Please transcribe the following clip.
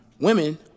Women